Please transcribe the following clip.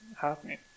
happening